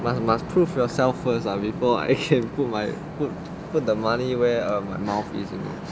but must prove yourself first lah before I can put my put put the money where um my mouth is you know